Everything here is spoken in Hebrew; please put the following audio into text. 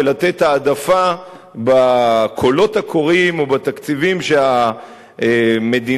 ולתת העדפה בקולות הקוראים או בתקציבים שהמדינה,